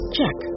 Check